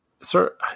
Sir